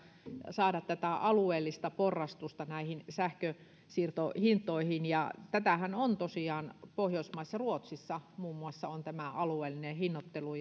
saada alueellista porrastusta näihin sähkön siirtohintoihin tätähän on tosiaan pohjoismaissa ruotsissa muun muassa on tämä alueellinen hinnoittelu